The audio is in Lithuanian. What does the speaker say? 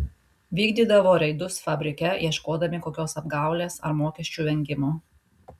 vykdydavo reidus fabrike ieškodami kokios apgaulės ar mokesčių vengimo